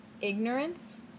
ignorance